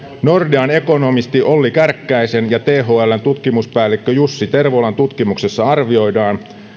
nordean ekonomistin olli kärkkäisen ja thln tutkimuspäällikön jussi tervolan tutkimuksessa arvioidaan